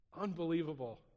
Unbelievable